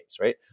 right